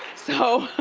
so,